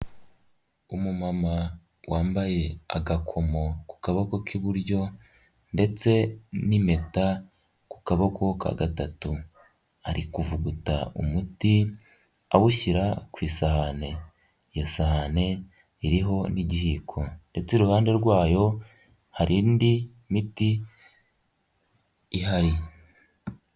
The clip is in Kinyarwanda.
Umumama wambaye agakomo ku kaboko k'iburyo, ndetse n'impeta ku kaboko ka gatatu. ari kuvuguta umuti awushyira ku isahani iyo sahani iriho n'ikiyiko. Ndetse iruhande rwayo hari indi miti ihari.